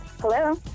Hello